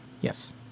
Yes